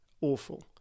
awful